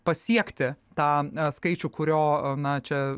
pasiekti tą skaičių kurio na čia